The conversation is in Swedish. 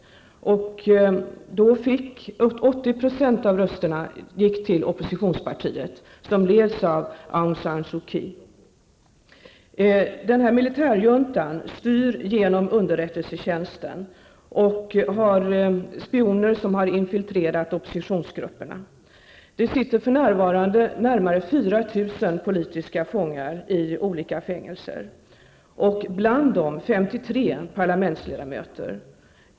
Militärjuntan styr genom underrättelsetjänsten och har spioner som har infiltrerat oppositionsgrupperna. För närvarande sitter närmare 4 000 politiska fångar i olika fängelser. Bland dem finns 53 parlamentsledamöter.